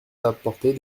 d’apporter